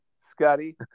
Scotty